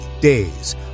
days